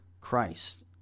Christ